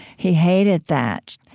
he hated that.